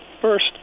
first